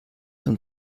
zum